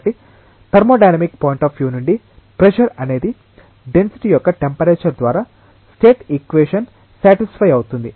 కాబట్టి thermodynamic point of view నుండి pressure అనేది డెన్సిటీ మరియు టెంపరేచర్ ద్వారా స్టేట్ ఈక్వేషన్ సటిస్ఫయ్ అవుతుంది